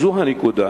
זאת הנקודה.